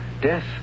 Death